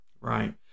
Right